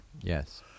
Yes